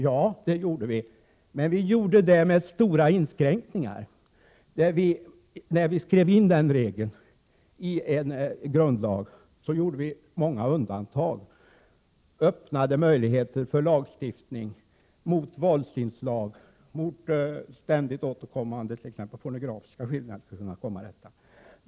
Ja, det gjorde vi, men med stora inskränkningar. När vi skrev in regeln i en grundlag gjorde vi många undantag och öppnade därmed möjligheter för en lagstiftning mot våldsinslag, mot ständigt återkommande pornografiska skildringar t.ex.